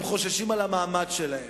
הם חוששים על המעמד שלהם.